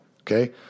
Okay